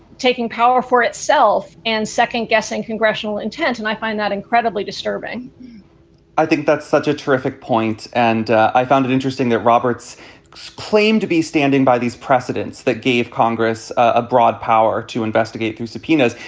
taking power for itself. and second guessing congressional intent. and i find that incredibly disturbing i think that's such a terrific point. and i found it interesting that roberts claimed to be standing by these precedents that gave congress a broad power to investigate through subpoenas.